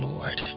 Lord